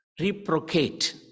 reprocate